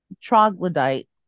troglodyte